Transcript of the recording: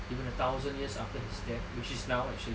even a thousand years after he's dead which is now actually